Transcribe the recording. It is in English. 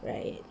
right